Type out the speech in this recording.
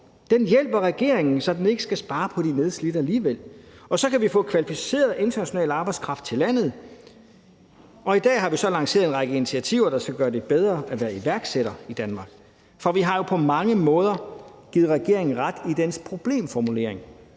Den hjælper regeringen, så den ikke skal spare på de nedslidte alligevel, og så kan vi få kvalificeret international arbejdskraft til landet. Og i dag har vi så lanceret en række initiativer, der skal gøre det bedre at være iværksætter i Danmark, for vi har jo på mange måder givet regeringen ret i dens problemformulering,